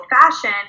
fashion